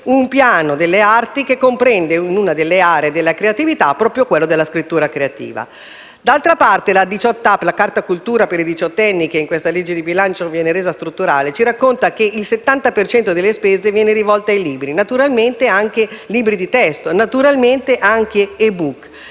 un Piano delle arti, che comprende tra le aree della creatività proprio quella della scrittura creativa. D'altra parte, la cosiddetta 18App, la carta cultura per i diciottenni, che in questa manovra di bilancio viene resa strutturale, ci racconta che il 70 per cento delle spese è rivolto ai libri, naturalmente anche di testo e naturalmente anche *e-book.*